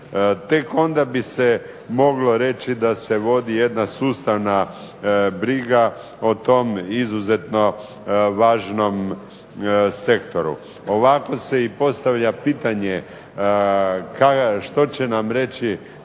Tek onda bi se moglo reći da se vodi jedna sustavna briga o tom izuzetno važnom sektoru. Ovako se i postavlja pitanje što će nam reći